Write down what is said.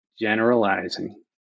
generalizing